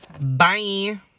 bye